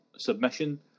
Submission